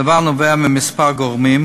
הדבר נובע מכמה גורמים,